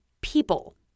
people